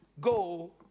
Go